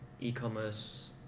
e-commerce